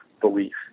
belief